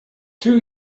two